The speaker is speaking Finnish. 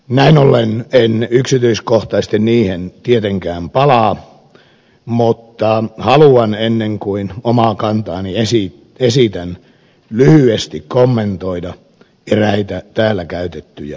näin ollen en yksityiskohtaisesti niihin tietenkään palaa mutta haluan ennen kuin oman kantani esitän lyhyesti kommentoida eräitä täällä käytettyjä puheenvuoroja